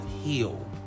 heal